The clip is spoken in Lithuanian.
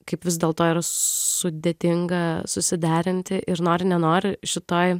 kaip vis dėl to yra sudėtinga susiderinti ir nori nenori šitoj